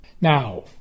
Now